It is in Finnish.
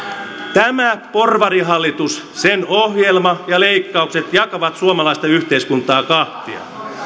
tämä porvarihallitus sen ohjelma ja leikkaukset jakavat suomalaista yhteiskuntaa kahtia